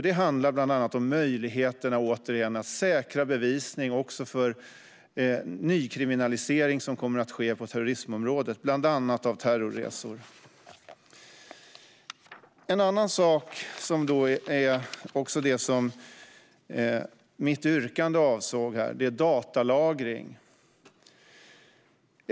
Det handlar bland annat om möjligheterna att säkra bevisning, även för nykriminalisering som kommer att ske på terrorismområdet, bland annat av terrorresor. En annan sak jag vill ta upp, som också är det som mitt yrkande avsåg, är datalagring.